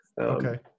Okay